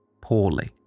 poorly